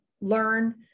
learn